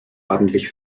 ordentlich